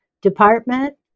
department